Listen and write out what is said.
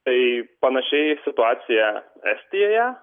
tai panašiai situacija estijoje